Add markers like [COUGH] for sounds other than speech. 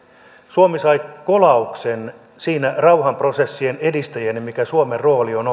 suomi sai kolauksen rauhanprosessien edistäjänä mikä suomen rooli on [UNINTELLIGIBLE]